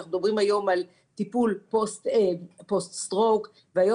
אנחנו מדברים היום על טיפול פוסט שבץ והיום